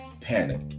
panic